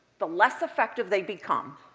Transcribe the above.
the less effective they become.